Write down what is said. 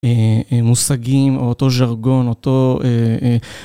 מושגים או אותו ז'רגון, אותו...